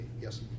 Yes